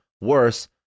worse